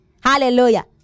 Hallelujah